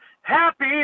happy